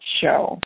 show